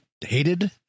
hated